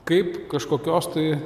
kaip kažkokios tai